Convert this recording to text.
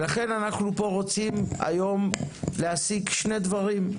ולכן אנחנו פה רוצים היום להשיג שני דברים,